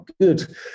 good